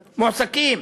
מועסקים.